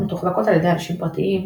ההפצות מתוחזקות על ידי אנשים פרטיים,